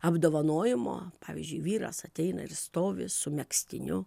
apdovanojimo pavyzdžiui vyras ateina ir stovi su megztiniu